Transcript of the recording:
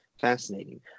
fascinating